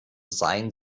seien